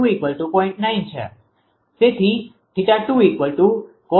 9 છે તેથી 𝜃2 cos−10